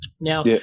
Now